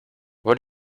what